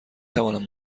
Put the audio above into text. توانم